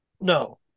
No